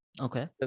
Okay